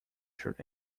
shirt